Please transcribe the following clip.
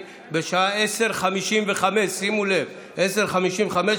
חברי וחברות הכנסת,